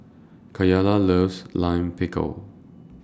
Cayla loves Lime Pickle